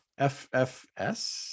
FFS